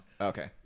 Okay